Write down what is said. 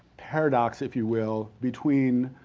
paradox, if you will, between